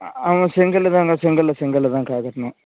ஆமாம் செங்கல்லு தான்க்கா செங்கலில் செங்கலில் தான்க்கா கட்டணும்